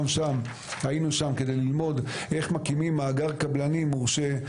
היינו שם כדי ללמוד איך מקימים מאגר קבלנים מורשה.